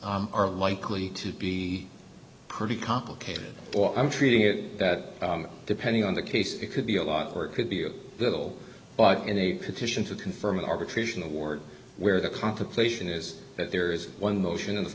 are likely to be pretty complicated or i'm treating it that depending on the case it could be a lot or it could be a little but in a position to confirm an arbitration award where the contemplation is that there is one motion